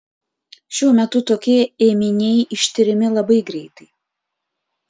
šiuo metu tokie ėminiai ištiriami labai greitai